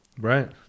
Right